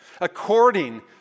according